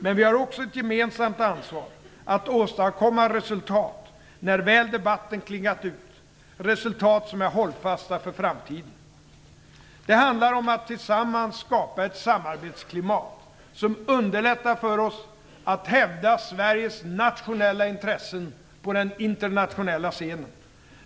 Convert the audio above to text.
Men vi har också ett gemensamt ansvar att åstadkomma resultat när väl debatten klingat ut. Det skall vara resultat som är hållfasta för framtiden. Det handlar om att tillsammans skapa ett samarbetsklimat som underlättar för oss att hävda Sveriges nationella intressen på den internationella scenen.